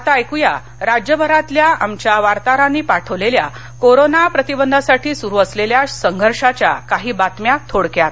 आता ऐकूया राज्यभरातल्या आमच्या वार्ताहरांनी पाठवलेल्या कोरोना प्रतिबंधासाठी सुरू असलेल्या संघर्षाच्या काही बातम्या थोडक्यात